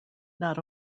not